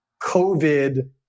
COVID